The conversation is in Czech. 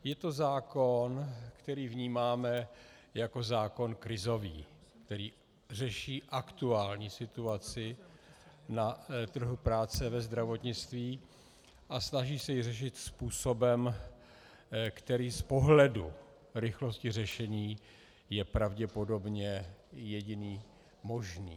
Je to zákon, který vnímáme jako zákon krizový, který řeší aktuální situaci na trhu práce ve zdravotnictví a snaží se ji řešit způsobem, který z pohledu rychlosti řešení je pravděpodobně jediný možný.